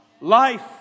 life